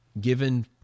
given